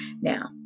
Now